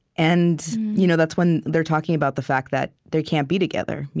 and you know that's when they're talking about the fact that they can't be together.